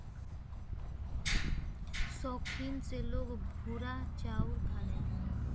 सौखीन से लोग भूरा चाउर खाले